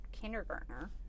kindergartner